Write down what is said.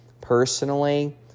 personally